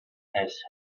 has